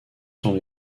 selon